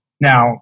Now